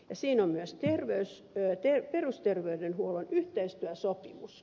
siinä on myös perusterveydenhuollon yhteistyösopimus